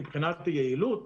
מבחינת יעילות,